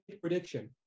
prediction